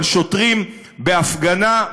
על שוטרים בהפגנה.